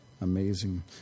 Amazing